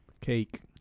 cake